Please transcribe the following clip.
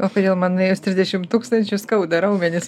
o kodėl man nuėjus trisdešim tūkstančių skauda raumenis